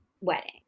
wedding